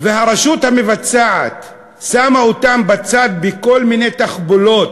והרשות המבצעת שמה אותם בצד בכל מיני תחבולות,